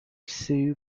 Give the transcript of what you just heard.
soon